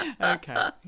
Okay